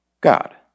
God